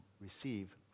receive